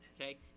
okay